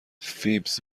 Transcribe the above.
فیبز